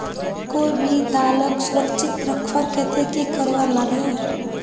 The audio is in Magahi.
कोई भी दालोक सुरक्षित रखवार केते की करवार लगे?